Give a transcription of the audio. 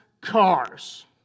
cars